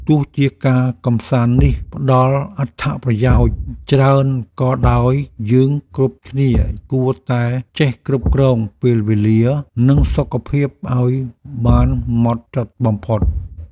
ទោះជាការកម្សាន្តនេះផ្ដល់អត្ថប្រយោជន៍ច្រើនក៏ដោយយើងគ្រប់គ្នាគួរតែចេះគ្រប់គ្រងពេលវេលានិងសុខភាពឱ្យបានហ្មត់ចត់បំផុត។